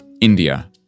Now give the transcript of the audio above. India